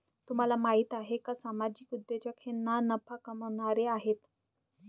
तुम्हाला माहिती आहे का सामाजिक उद्योजक हे ना नफा कमावणारे आहेत